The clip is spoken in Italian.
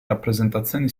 rappresentazioni